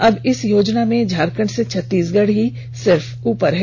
अब इस योजना में झारखंड से छत्तीसगढ़ ही सिर्फ ऊपर है